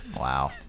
Wow